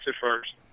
first